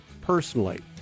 personally